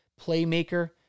playmaker